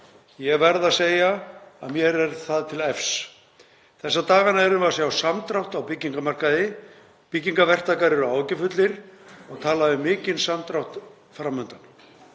Ég verð að segja að mér er það til efs. Þessa dagana erum við að sjá samdrátt á byggingarmarkaði. Byggingarverktakar eru áhyggjufullir og tala um mikinn samdrátt fram undan.